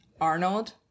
Arnold